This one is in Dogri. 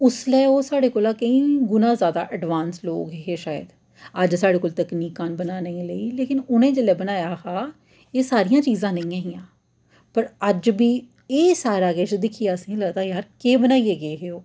उसलै ओह् साढ़े कोला केईं गुणा जादा एडवांस लोक हे शायद अज्ज साढ़े कोल तकनीकां न बनाने लेई लेकिन उ'नें जेल्लै बनाया हा एह् सारियां चीजां नेईं एहियां पर अज्ज बी एह् सारा किश दिक्खियै असेंई लगदा कि यार केह् बनाइयै गे हे ओह्